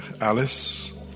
Alice